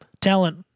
talent –